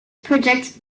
project